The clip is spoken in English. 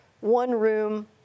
one-room